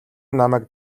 намайг